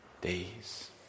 days